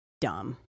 dumb